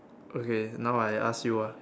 okay now I ask you ah